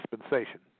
dispensation